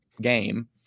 game